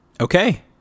Okay